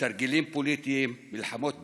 בתרגילים פוליטיים, במלחמות פנימיות,